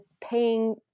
paying